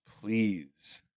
please